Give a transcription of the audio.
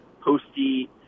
posty